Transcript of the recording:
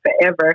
forever